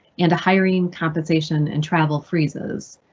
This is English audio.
and hiring, compensation and travel freezes.